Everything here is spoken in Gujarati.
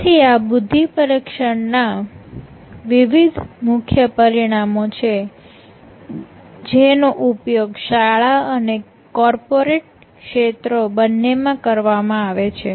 તેથી આ બુદ્ધિ પરીક્ષણ ના વિવિધ મુખ્ય પરિણામો છે જેનો ઉપયોગ શાળા અને કોર્પોરેટ ક્ષેત્રો બંને માં કરવામાં આવે છે